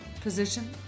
position